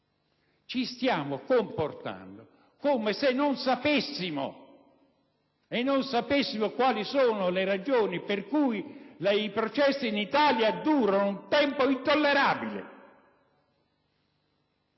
Ci stiamo comportando come se non sapessimo quali sono le ragioni per cui i processi in Italia durano per un tempo intollerabile.